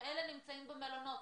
אלה נמצאים במלונות,